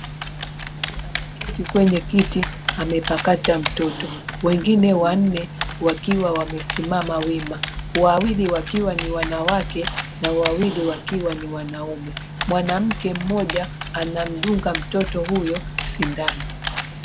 Mwanamke ameketi kwenye kiti akiwa amepakata mtoto wengine wanne wakiwa wamesimama wima wawili wakiwa ni wanawake na wawili wakiwa ni wanaume. Mwanamke mmoja anamdunga mtoto huyo sindano.